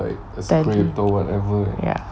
paper ya